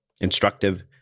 instructive